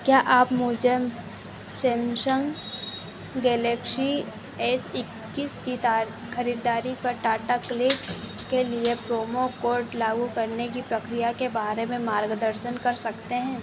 क्या आप मुझे सेमशंग गेलेक्शी एस इक्कीस की तार ख़रीददारी पर टाटा क्लिक के लिए प्रोमो कोड लागू करने की प्रक्रिया के बारे में मार्गदर्शन कर सकते हैं